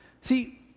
See